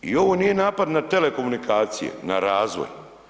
I ovo nije napad na telekomunikacije, na razvoj.